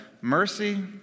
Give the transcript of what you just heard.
mercy